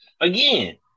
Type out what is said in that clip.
again